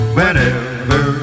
Whenever